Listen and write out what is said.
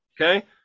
okay